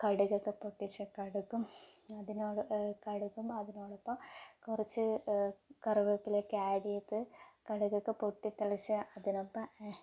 കടുകൊക്കെ പൊട്ടിച്ച് കടുകും അതിനോട് കടുകും അതിനോടൊപ്പം കുറച്ച് കറിവേപ്പിലയൊക്കെ ഏഡ്ഡ് ചെയ്ത് കടുകൊക്കെ പൊട്ടിത്തെറിച്ച് അതിനൊപ്പം